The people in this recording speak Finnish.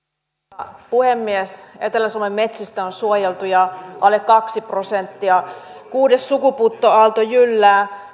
arvoisa puhemies etelä suomen metsistä on suojeltuja alle kaksi prosenttia kuudes sukupuuttoaalto jyllää